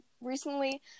recently